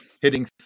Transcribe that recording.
hitting